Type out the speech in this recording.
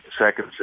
Second